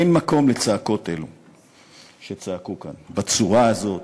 אין מקום לצעקות אלו שצעקו כאן בצורה הזאת.